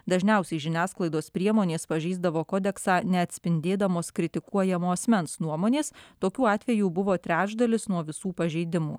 dažniausiai žiniasklaidos priemonės pažeisdavo kodeksą neatspindėdamos kritikuojamo asmens nuomonės tokių atvejų buvo trečdalis nuo visų pažeidimų